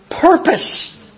purpose